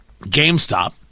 GameStop